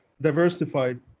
diversified